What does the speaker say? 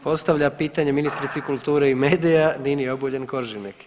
Postavlja pitanje ministrici kulture i medija Nini Obuljen Koržinek.